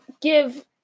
give